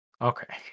Okay